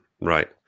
right